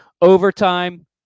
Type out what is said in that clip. overtime